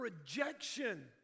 rejection